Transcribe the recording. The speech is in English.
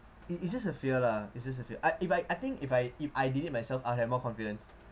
it it's just a fear lah it's just a fear I if I I think if I if I did it myself I'll have more confidence